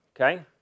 okay